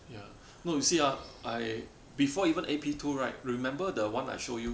ya no you see ah before even A P two right remember the one I show you